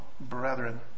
brethren